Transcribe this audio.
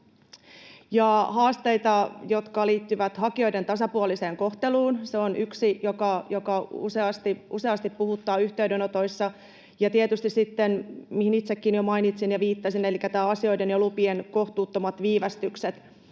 haasteita, jotka liittyvät hakijoiden tasapuoliseen kohteluun — se on yksi, joka useasti puhuttaa yhteydenotoissa —, ja tietysti sitten se, mistä itsekin jo mainitsin ja mihin viittasin, elikkä nämä asioiden ja lupien kohtuuttomat viivästykset.